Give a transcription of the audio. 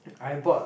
I bought